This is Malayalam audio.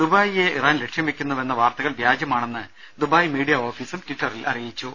ദുബായിയെ ഇറാൻ ലക്ഷ്യം വയ്ക്കുന്നുവെന്ന വാർത്തകൾ വ്യാജമാണെന്ന് ദുബായ് മീഡിയ ഓഫീസ് ടിറ്ററിൽ അറിയിച്ചു